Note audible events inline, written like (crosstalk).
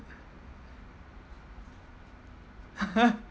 (laughs)